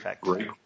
great